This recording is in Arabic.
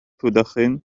تدخن